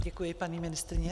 Děkuji, paní ministryně.